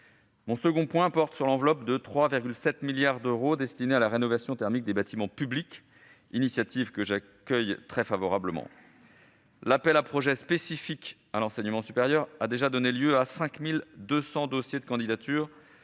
Mon deuxième point porte sur l'enveloppe de 3,7 milliards d'euros destinée à la rénovation thermique des bâtiments publics, initiative que j'accueille très favorablement. L'appel à projets spécifique à l'enseignement supérieur a déjà donné lieu à 5 200 dossiers de candidature,